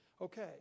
okay